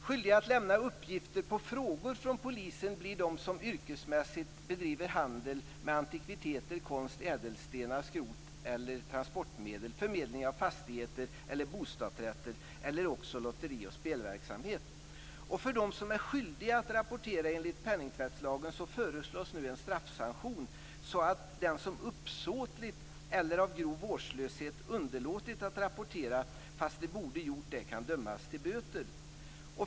Skyldig att lämna uppgifter på frågor från polisen blir de som yrkesmässigt bedriver handel med antikviteter, konst, ädelstenar, skrot eller transportmedel, förmedling av fastigheter eller bostadsrätter eller också lotteri och spelverksamhet. För dem som är skyldiga att rapportera enligt penningtvättslagen föreslås nu en straffsanktion så att den som uppsåtligt eller av grov vårdslöshet underlåtit att rapportera, fastän det borde ha gjorts, kan dömas till böter.